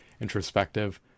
introspective